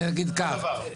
אני אגיד ככה.